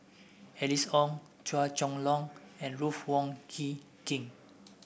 Alice Ong Chua Chong Long and Ruth Wong Hie King